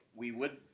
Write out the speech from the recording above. we would.